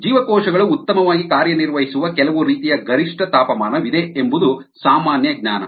ಜೀವಕೋಶಗಳು ಉತ್ತಮವಾಗಿ ಕಾರ್ಯನಿರ್ವಹಿಸುವ ಕೆಲವು ರೀತಿಯ ಗರಿಷ್ಠ ತಾಪಮಾನವಿದೆ ಎಂಬುದು ಸಾಮಾನ್ಯ ಜ್ಞಾನ